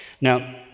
Now